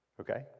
okay